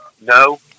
No